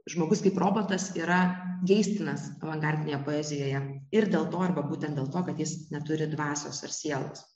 žmogus kaip robotas yra geistinas avangardinėje poezijoje ir dėl to arba būtent dėl to kad jis neturi dvasios ar sielos